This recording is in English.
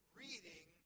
reading